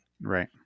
Right